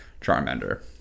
charmander